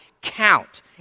count